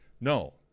No